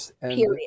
Period